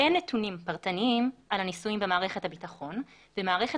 אין נתונים פרטניים על הניסויים במערכת הביטחון ומערכת